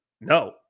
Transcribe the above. No